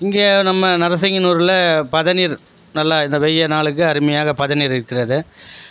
இங்கே நம்ம நரசிங்கனூரில் பதநீர் நல்ல இந்த வெய்ய நாளுக்கு அருமையாக பதநீர் விற்கிறது